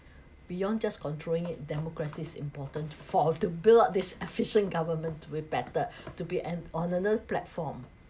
beyond just controlling it democracy is important for of to build up this efficient government to be better to be an honora~ platform